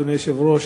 אדוני היושב-ראש,